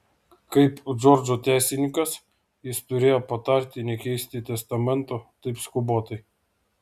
kaip džordžo teisininkas jis turėjo patarti nekeisti testamento taip skubotai